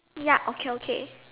ya okay okay